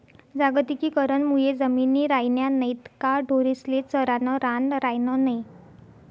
जागतिकीकरण मुये जमिनी रायन्या नैत का ढोरेस्ले चरानं रान रायनं नै